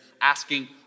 asking